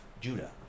Judah